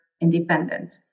independent